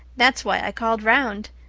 that's why i called round.